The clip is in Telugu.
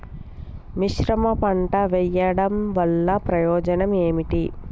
మిశ్రమ పంట వెయ్యడం వల్ల ప్రయోజనం ఏమిటి?